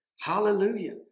Hallelujah